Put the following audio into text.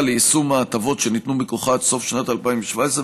ליישום ההטבות שניתנו מכוחה עד סוף שנת 2017,